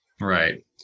Right